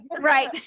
Right